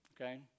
Okay